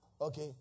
okay